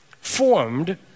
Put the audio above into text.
formed